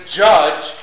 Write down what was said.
judge